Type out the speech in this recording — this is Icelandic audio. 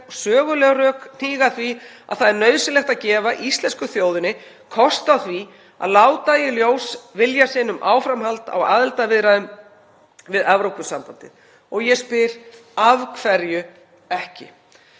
og söguleg rök hníga að því að það sé nauðsynlegt að gefa íslensku þjóðinni kost á því að láta í ljós vilja sinn um áframhald á aðildarviðræðum við Evrópusambandið og ég spyr: Af hverju ekki?